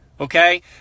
okay